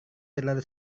terlalu